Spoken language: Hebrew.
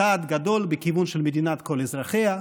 צעד גדול בכיוון של מדינת כל אזרחיה.